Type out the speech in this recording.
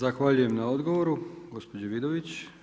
Zahvaljujem na odgovoru gospođi Vidović.